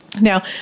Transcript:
Now